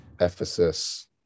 Ephesus